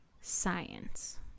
science